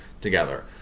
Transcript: together